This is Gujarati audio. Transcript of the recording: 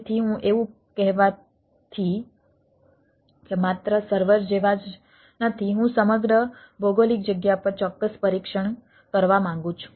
તેથી એવું કહેવાથી કે માત્ર સર્વર જેવા જ નથી હું સમગ્ર ભૌગોલિક જગ્યા પર ચોક્કસ પરીક્ષણ કરવા માંગુ છું